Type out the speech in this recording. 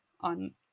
on